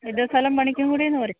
ഇത് സ്ഥലം പണിക്കൻകുടി എന്ന് പറയും